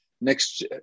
Next